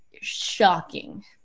shocking